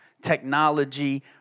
Technology